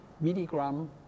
milligram